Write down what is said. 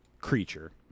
creature